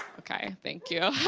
okay, thank you.